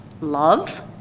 love